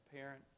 parent